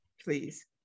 please